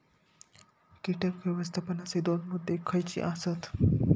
कीटक व्यवस्थापनाचे दोन मुद्दे खयचे आसत?